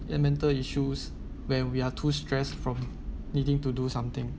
and mental issues when we are too stress from needing to do something